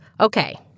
Okay